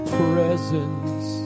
presence